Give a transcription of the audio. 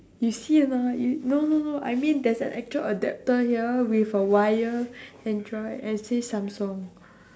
you see or not you no no no I mean there's an actual adapter here with a wire android and it says samsung